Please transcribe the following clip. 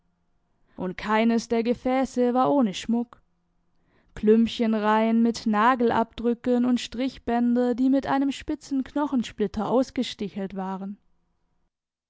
und keines der gefäße war ohne schmuck klümpchen reihen mit nagelabdrücken und strichbänder die mit einem spitzen knochensplitter